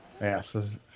Yes